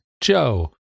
Joe